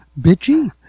bitchy